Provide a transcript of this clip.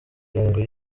irindwi